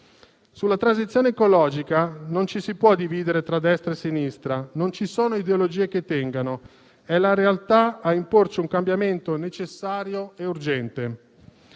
Sulla transizione ecologica non ci si può dividere tra destra e sinistra, non ci sono ideologie che tengano: è la realtà a imporci un cambiamento necessario e urgente.